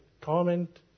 torment